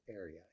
area